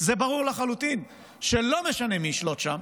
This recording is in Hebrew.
ברור לחלוטין שלא משנה מי ישלוט שם,